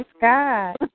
God